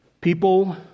people